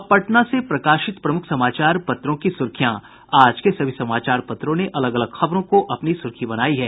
अब पटना से प्रकाशित प्रमुख समाचार पत्रों की सुर्खियां आज के सभी समाचार पत्रों ने अलग अलग खबरों को अपनी सुर्खी बनायी है